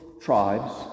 tribes